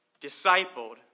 discipled